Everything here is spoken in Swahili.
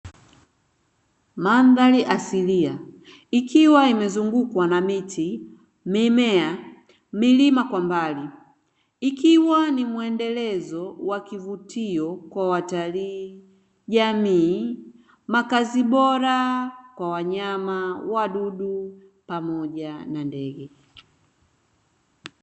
Mandhari asiliia ikiwa imezungukwa na miti, mimea, milima kwa mbali ikiwa ni muendelezo wa kivutio kwa watalii ,jamii, makazi bora kwa wanyama, wadudu pamoja na ndege.